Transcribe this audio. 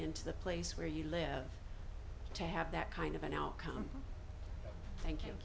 into the place where you live to have that kind of an outcome thank